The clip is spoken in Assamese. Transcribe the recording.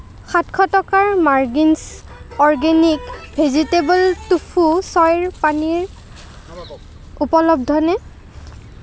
সাতশ টকাৰ margins organic vegetable tofu soy paneer উপলব্ধনে